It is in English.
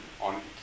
on